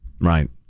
Right